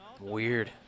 Weird